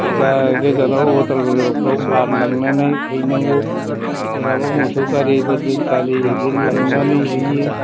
गोजान गोजानाव उदालगुरिफ्राव बानलांनानै हैनांगौ जेरावबो मोसौ गारिफोरजों लांनानै हैयो